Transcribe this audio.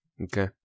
Okay